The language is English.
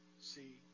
see